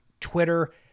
Twitter